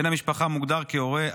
בן המשפחה מוגדר כהורה,